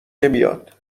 نمیاد